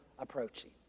approaching